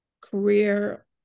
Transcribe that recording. career